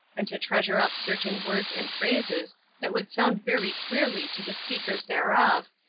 and to treasure up certain words and phrases that would sound very queerly to the speakers thereof,